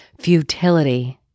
Futility